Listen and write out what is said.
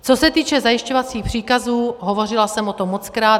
Co se týče zajišťovacích příkazů, hovořila jsem o tom mockrát.